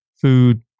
food